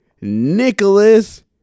Nicholas